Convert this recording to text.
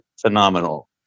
phenomenal